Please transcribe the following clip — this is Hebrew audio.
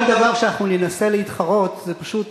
כל דבר שננסה להתחרות, זה פשוט